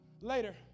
later